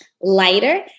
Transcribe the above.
Lighter